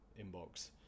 inbox